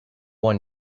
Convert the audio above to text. one